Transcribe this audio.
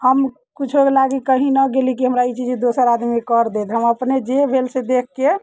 हम किछो लागि कहीँ न गेली कि हमरा ई चीज दोसर आदमी कर देत हमरा अपने जे भेल से देखि कऽ